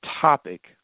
topic